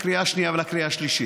לקריאה השנייה ולקריאה השלישית.